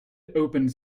opened